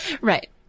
Right